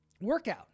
workout